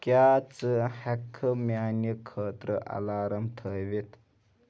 کیٛٛاہ ژٕ ہیٚککھہٕ میٲنہِ خٲطرٕ الارم تھٲوِتھ